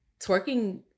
Twerking